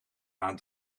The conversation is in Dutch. aan